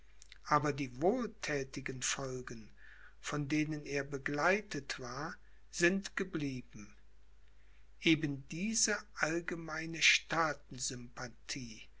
aber die wohlthätigen folgen von denen er begleitet war sind geblieben eben diese allgemeine